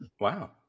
wow